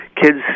Kids